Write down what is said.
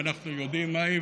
אנחנו יודעים מהי,